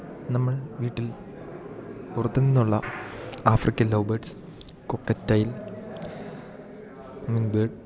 നമ്മൾ വീട്ടിൽ പുറത്ത് നിന്നുള്ള ആഫ്രിക്കൻ ലൗ ബേഡ്സ് കോക്കറ്റൈല് മിംഗ് ബേഡ്